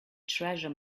treasure